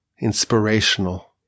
inspirational